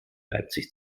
leipzig